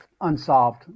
unsolved